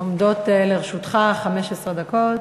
עומדת לרשותך 15 דקות.